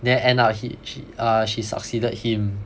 then end up h~ sh~ err she succeeded him